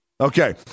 okay